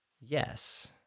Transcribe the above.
yes